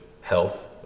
health